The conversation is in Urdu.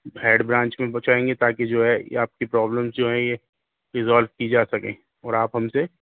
ہیڈ برانچ میں پہنچائیں گے تاکہ جو کہ یہ آپ کی پروبلمز جو ہیں یہ ریزولو کی جا سکیں اور آپ ہم سے